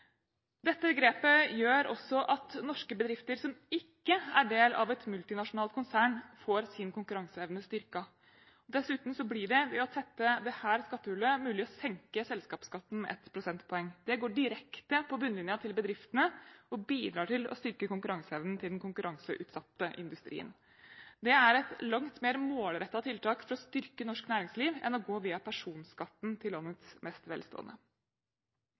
Dette grepet gjør også at norske bedrifter som ikke er del av et multinasjonalt konsern, får sin konkurranseevne styrket. Dessuten blir det, ved å tette dette skattehullet, mulig å senke selskapsskatten med 1 prosentpoeng. Det går direkte på bunnlinjen til bedriftene, og bidrar til å styrke konkurranseevnen til den konkurranseutsatte industrien. Det er et langt mer målrettet tiltak for å styrke norsk næringsliv enn å gå via personskatten til landets mest velstående.